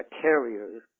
carriers